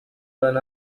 turn